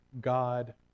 God